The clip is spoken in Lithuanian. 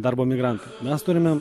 darbo migrantų mes turime